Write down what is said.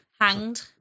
hanged